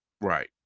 right